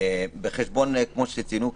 כמו שציינו כאן,